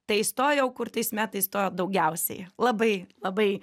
tai įstojau kur tais metais stojo daugiausiai labai labai